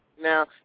now